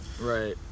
right